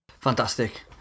Fantastic